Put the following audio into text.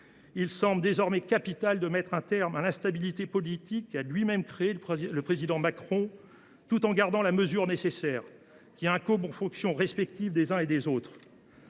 il semble désormais capital de mettre un terme à l’instabilité politique qu’a lui même créée le président Macron, tout en gardant la mesure nécessaire qui incombe aux fonctions respectives des uns et des autres.